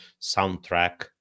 soundtrack